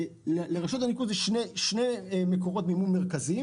לרשות הניקוז יש שני מקורות מימון מרכזיים: